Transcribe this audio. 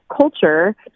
culture